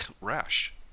rash